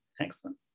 Excellent